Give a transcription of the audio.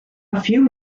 few